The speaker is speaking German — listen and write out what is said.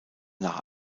nach